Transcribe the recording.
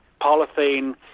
polythene